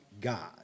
God